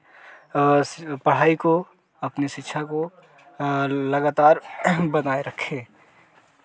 पढ़ाई को अपने शिक्षा को लगातार बनाए रखे